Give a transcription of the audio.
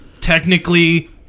technically